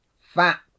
fat